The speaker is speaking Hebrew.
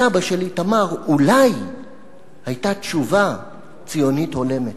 התב"ע של איתמר אולי היתה תשובה ציונית הולמת.